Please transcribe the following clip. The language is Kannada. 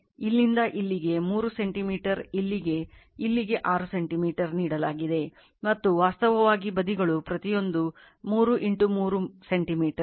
ಇದನ್ನು ಇಲ್ಲಿಂದ ಇಲ್ಲಿಗೆ 3 ಸೆಂಟಿಮೀಟರ್ ಇಲ್ಲಿಗೆ ಇಲ್ಲಿಗೆ 6 ಸೆಂಟಿಮೀಟರ್ ನೀಡಲಾಗಿದೆ ಮತ್ತು ವಾಸ್ತವವಾಗಿ ಬದಿಗಳು ಪ್ರತಿಯೊಂದು 3 3 ಸೆಂಟಿಮೀಟರ್